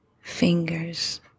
fingers